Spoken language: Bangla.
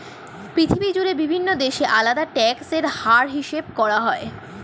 পৃথিবী জুড়ে বিভিন্ন দেশে আলাদা ট্যাক্স এর হার হিসাব করা হয়